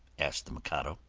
asked the mikado.